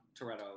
Toretto